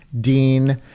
dean